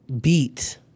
beat